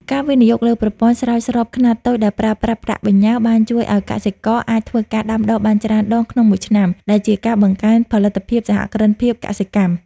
ការវិនិយោគលើប្រព័ន្ធស្រោចស្រពខ្នាតតូចដែលប្រើប្រាស់ប្រាក់បញ្ញើ បានជួយឱ្យកសិករអាចធ្វើការដាំដុះបានច្រើនដងក្នុងមួយឆ្នាំ ដែលជាការបង្កើនផលិតភាពសហគ្រិនភាពកសិកម្ម។